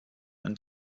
und